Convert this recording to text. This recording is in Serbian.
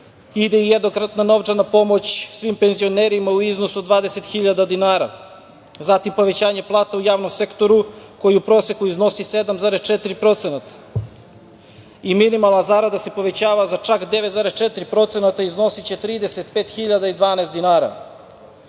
ide i jednokratna novčana pomoć svim penzionerima u iznosu od 20.000 dinara. Zatim, povećanje plata u javnom sektoru koje u proseku iznosi 7,4% i minimalna zarada se povećava za 9,4%, iznosiće 35.012